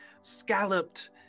scalloped